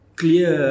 clear